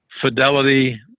Fidelity